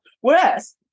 Whereas